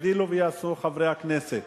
יגדילו ויעשו חברי הכנסת